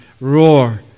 roar